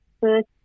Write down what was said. first